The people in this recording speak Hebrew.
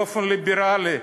באופן ליברלי,